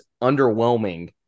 underwhelming